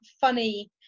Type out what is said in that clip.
funny